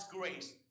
grace